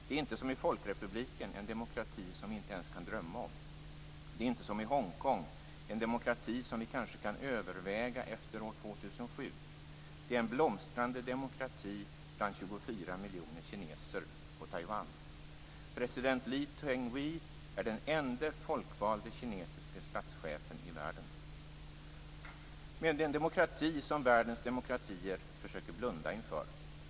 Det är inte som i Folkrepubliken en demokrati som vi inte ens kan drömma om. Det är inte som i Hongkong en demokrati som vi kanske kan överväga efter år 2007. Det är en blomstrande demokrati bland 24 miljoner kineser på Taiwan. President Lee Tenghui är den ende folkvalde kinesiska statschefen i världen. Men det är en demokrati som världens demokratier försöker blunda inför.